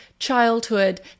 childhood